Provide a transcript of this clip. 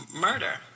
Murder